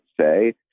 say